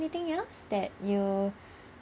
~nything else that you